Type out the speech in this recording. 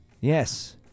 Yes